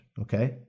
okay